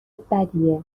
بدیه